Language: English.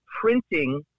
printing